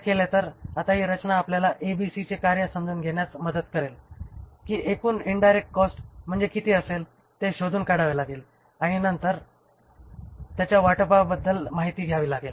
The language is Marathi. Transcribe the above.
केले तर आता ही रचना आपल्याला ABC चे कार्य समजून घेण्यास मदत करेल की एकूण इन्डायरेक्ट कॉस्ट म्हणजे किती असेल ते शोधून काढावे लागेल आणि नंतर त्याच्या वाटपाबद्दल माहिती घ्यावी लागेल